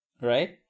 Right